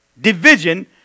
Division